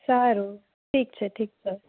સારુ ઠીક છે ઠીક છે